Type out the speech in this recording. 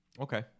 okay